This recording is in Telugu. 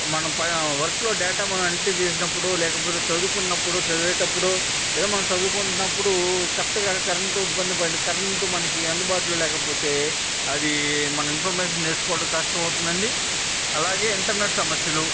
మనం వర్క్లో డేటా మనం ఎంట్రీ చేసినప్పుడో లేకపోతే చదువుకున్నప్పుడో చదివేటప్పుడో లేదా మనం చదువుకుంటున్నప్పుడు కరెక్ట్గా కరెంటు ఇబ్బంది పడి కరెంటు మనకి అందుబాటులో లేకపోతే అది మనం ఇన్ఫర్మేషన్ నేర్చుకోవడం కష్టం అవుతుందండి అలాగే ఇంటర్నెట్ సమస్యలు